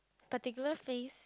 particular phase